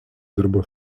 dirbo